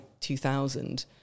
2000